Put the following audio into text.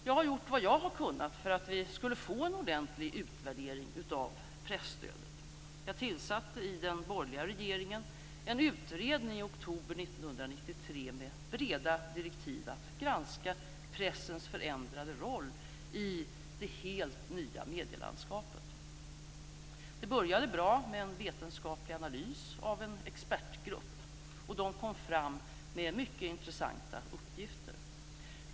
Jag har gjort vad jag har kunnat för att vi skulle få en ordentlig utvärdering av presstödet. Jag tillsatte, i den borgerliga regeringen, en utredning i oktober 1993 med breda direktiv att granska pressens förändrade roll i det helt nya medielandskapet. Det började bra med en vetenskaplig analys av en expertgrupp. Den kom fram med mycket intressanta uppgifter.